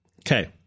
Okay